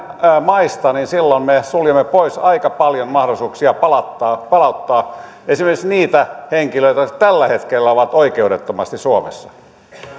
maista niin silloin me suljemme pois aika paljon mahdollisuuksia palauttaa palauttaa esimerkiksi niitä henkilöitä jotka tällä hetkellä ovat oikeudettomasti suomessa